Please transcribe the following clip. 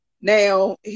now